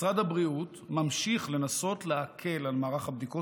משרד הבריאות ממשיך לנסות להקל על מערך הבדיקות,